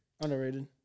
Underrated